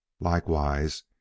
Likewise